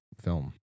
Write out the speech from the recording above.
film